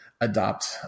adopt